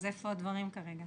אז איפה הדברים כרגע?